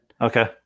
Okay